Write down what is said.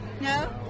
No